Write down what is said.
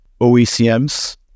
OECMs